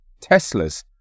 Teslas